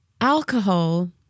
Alcohol